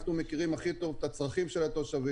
אנחנו מכירים הכי טוב את הצרכים של התושבים,